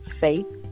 faith